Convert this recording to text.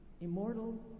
immortal